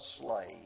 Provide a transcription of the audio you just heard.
slave